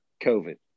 COVID